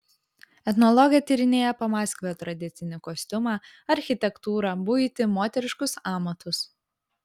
etnologė tyrinėja pamaskvio tradicinį kostiumą architektūrą buitį moteriškus amatus